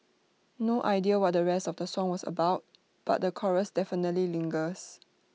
no idea what the rest of the song was about but the chorus definitely lingers